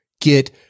get